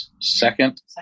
second